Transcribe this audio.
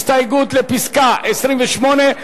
הסתייגות מס' 28,